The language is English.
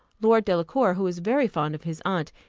lord delacour, who was very fond of his aunt,